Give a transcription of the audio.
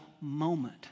moment